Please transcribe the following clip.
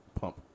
pump